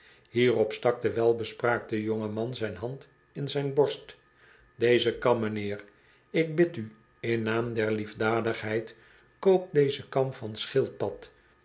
hierop stak de welbespraakte jonge man zijn hand in zijn borst dezen kam m'nheer ik bid u in naam der liefdadigheid koop dezen kam van schildpad